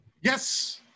yes